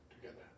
together